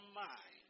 mind